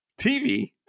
tv